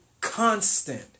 constant